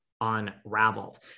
unraveled